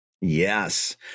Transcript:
Yes